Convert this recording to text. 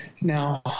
Now